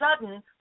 sudden